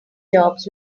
jobs